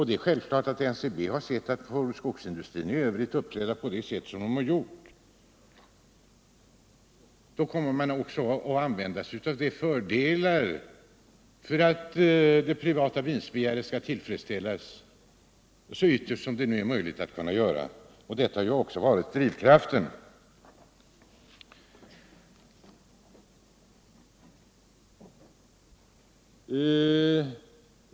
Det är självklart att när NCB har sett skogsindustrin i övrigt uppträda på det sätt den har gjort, så kommer man också att använda sig av sådana fördelar för att det privata vinstbegäret skall tillfredsställas, så långt det är möjligt. Detta har också varit drivkraften.